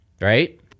right